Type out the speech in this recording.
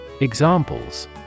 Examples